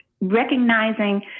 recognizing